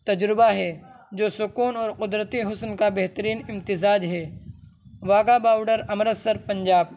تجربہ ہے جو سکون اور قدرتی حسن کا بہترین امتزاج ہے واہگہ بارڈر امرتسر پنجاب